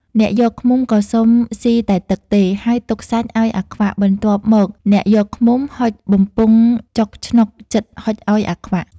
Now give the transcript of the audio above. អ្នកយកឃ្មុំក៏សុំស៊ីតែទឹកទេ ហើយទុកសាច់ឱ្យអាខ្វាក់ បន្ទាប់មកអ្នកយកឃ្មុំហុចបំពង់ចុកឆ្នុកជិតហុចឱ្យអាខ្វាក់ ។